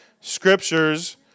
scriptures